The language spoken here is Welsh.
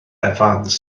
evans